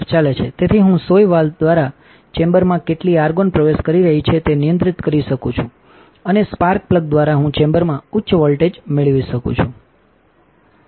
તેથી હું સોય વાલ્વ દ્વારા ચેમ્બરમાં કેટલી આર્ગોન પ્રવેશ કરી રહી છે તે નિયંત્રિત કરી શકું છું અનેસ્પાર્ક પ્લગ દ્વારાહુંચેમ્બરમાં ઉચ્ચ વોલ્ટેજમેળવી શકું છું